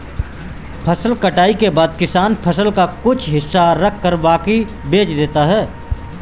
फसल कटाई के बाद किसान फसल का कुछ हिस्सा रखकर बाकी बेच देता है